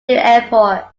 airport